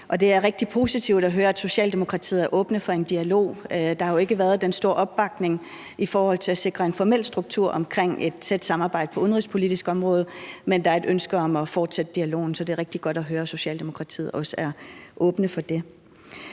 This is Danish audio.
Det er rigtig positivt at høre, at Socialdemokratiet er åbne for en dialog. Der har jo ikke været den store opbakning i forhold til at sikre en formel struktur omkring et tæt samarbejde på det udenrigspolitiske område, men der er et ønske om at fortsætte dialogen. Så det er rigtig godt at høre, at Socialdemokratiet også er åbne for det.